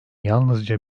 yalnızca